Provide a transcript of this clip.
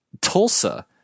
Tulsa